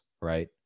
right